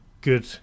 good